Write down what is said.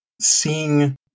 seeing